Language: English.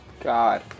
God